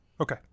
Okay